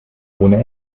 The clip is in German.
ohne